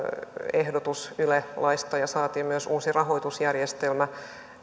ehdotuksen yle laista ja saimme myös uuden rahoitusjärjestelmän